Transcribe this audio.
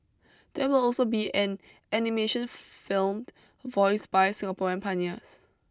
there will also be an animation filmed voiced by Singaporean pioneers